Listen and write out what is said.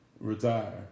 retire